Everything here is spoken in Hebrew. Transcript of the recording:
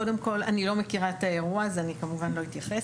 קודם כל אני לא מכירה את האירוע אז אני כמובן לא אתייחס,